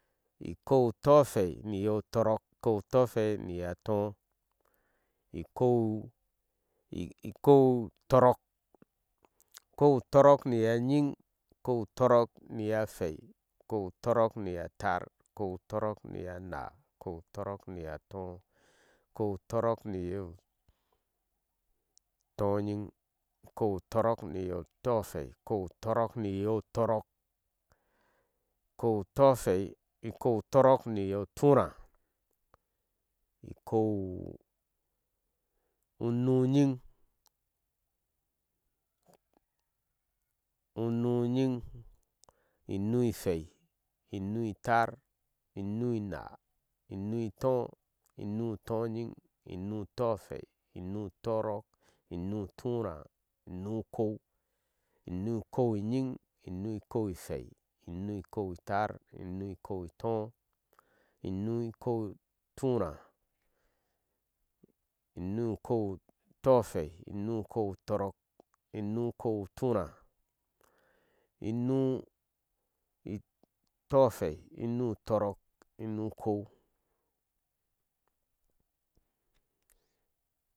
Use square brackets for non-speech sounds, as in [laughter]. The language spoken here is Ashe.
Ikou-utɔɔhwei-niyo tɔɔrɔɔk ikou utoɔhweɨniyo turaa ikou-utorɔɔk, ukou-utɔɔk niyo nyiŋ ikou utok niyohwei, ikou-utɔɔrce niyo taar ikou-utɔɔrɔk- niyonaa kuko atɔɔrk niyotɔɔ ukou-utɔɔrɔɔk-niyo tonyiŋ ukou-utrɔɔk miyo taar ikou-utɔɔrɔk-niyonaa ukou atɔɔkniyo tɔɔ ukou-utɔɔk-niyotonyiŋ, ukou-utorɔɔk miyo tpɔɔhwei uko-utɔɔk niyo tɔɔk ukou-utɔɔk- niyoturaa [unintelligible] unu-unyiŋ unu- unwei unu- atáár unup-ináá, inu-itɔɔinu-tɔɔyiŋ, inu-tɔɔhwei inu-itoɔrɔɔk, inu-ituraa inu-ukou inu- ukou-hwei, inu-ukouitaar inu-ikuo-itɔɔ, inu-ukou-uturáá, inu-ukou-utsshwei, inu-ukou-atɔɔrɔɔk, inu-ikou-uturaá inu-tɔɔhwei inu-utɔɔrɔɔk, inu-ukou.